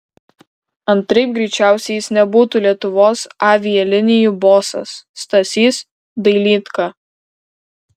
antraip greičiausiai jis nebūtų lietuvos avialinijų bosas stasys dailydka